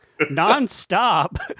nonstop